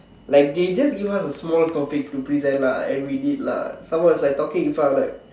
like they just give us a small topic to present lah and we did lah some more it's like talking in front of like